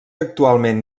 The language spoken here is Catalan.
actualment